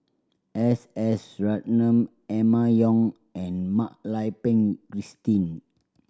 S S Ratnam Emma Yong and Mak Lai Peng Christine